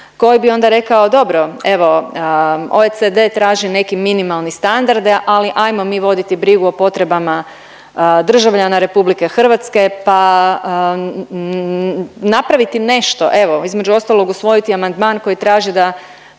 koji bi onda rekao dobro evo OECD traži neki minimalni standard, ali ajmo mi voditi brigu o potrebama državljana RH pa napraviti nešto evo između ostalog, usvojiti amandman koji traži da